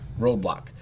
Roadblock